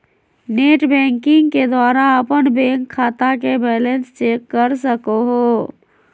net banking के द्वारा अपन बैंक खाता के बैलेंस चेक कर सको हो